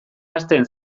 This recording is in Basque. hazten